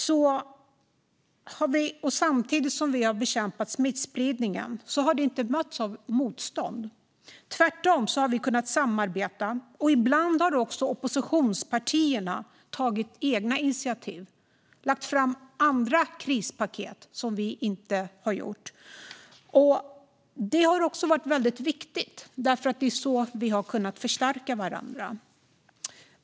När vi har gjort detta samtidigt som vi har bekämpat smittspridningen har det inte mötts av motstånd. Tvärtom har vi kunnat samarbeta, och ibland har också oppositionspartierna tagit egna initiativ. De har lagt fram andra krispaket än dem vi har lagt fram. Detta har också varit väldigt viktigt, för det är så vi har kunnat förstärka varandra.